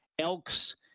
Elks